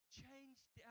changed